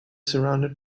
surrounded